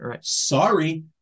Sorry